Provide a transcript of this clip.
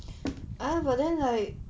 ah but then like